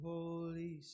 Holy